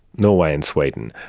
norway and sweden,